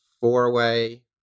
four-way